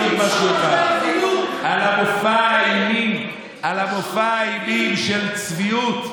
משהו אחד על מופע האימים של הצביעות,